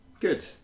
Good